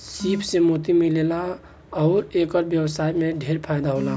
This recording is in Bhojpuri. सीप से मोती मिलेला अउर एकर व्यवसाय में ढेरे फायदा होला